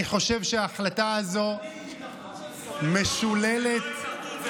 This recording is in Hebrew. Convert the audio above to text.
אני חושב שההחלטה הזו משוללת, זה לא ההתאחדות.